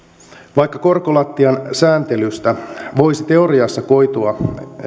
vaikka korkolattian sääntelystä voisi teoriassa koitua